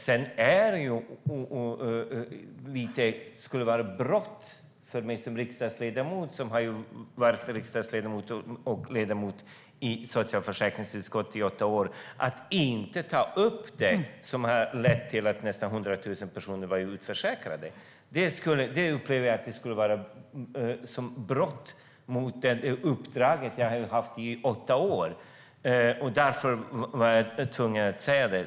För mig som riksdagsledamot skulle det vara ett brott av mig - jag har varit riksdagsledamot och ledamot i socialförsäkringsutskottet under åtta år - att inte ta upp det som ledde till att nästan 100 000 personer var utförsäkrade. Jag upplever det som att det skulle vara ett brott av mig mot det uppdrag som jag har haft i åtta år. Därför ville jag säga det.